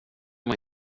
var